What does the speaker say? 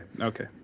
okay